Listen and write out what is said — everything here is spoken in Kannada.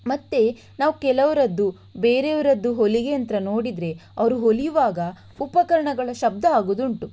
ಮತ್ತು ನಾವು ಕೆಲವರದ್ದು ಬೇರೆಯವರದ್ದು ಹೊಲಿಗೆ ಯಂತ್ರ ನೋಡಿದರೆ ಅವರು ಹೊಲಿಯುವಾಗ ಉಪಕರಣಗಳ ಶಬ್ದ ಆಗುವುದುಂಟು